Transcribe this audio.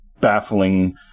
baffling